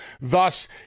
Thus